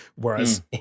Whereas